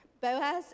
Boaz